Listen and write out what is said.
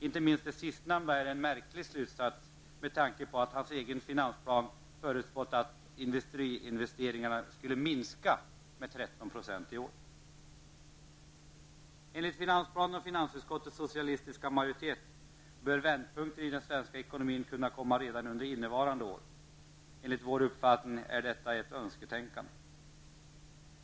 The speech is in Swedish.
Inte minst det sistnämnda är en märklig slutsats, med tanke på att hans egen finansplan förutspår att industriinvesteringarna minskar med 13 % i år. Enligt finansplanen och finansutskottets socialistiska majoritet bör vändpunkten i den svenska ekonomin kunna komma redan under innevarande år. Enligt vår uppfattning är detta ett rent önsketänkande.